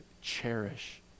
cherish